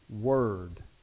word